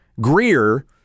Greer